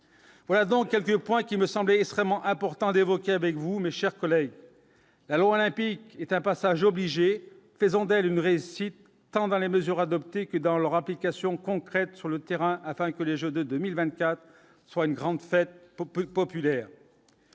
voilà dans quelques points qui me semble extrêmement important d'évoquer avec vous, mes chers collègues, la loi olympique est un passage obligé, faisant d'elle une réussite tant dans les mesures adoptées que dans leur application concrète sur le terrain afin que les Jeux de 2024 soit une grande fête populaire,